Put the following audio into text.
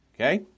Okay